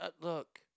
Look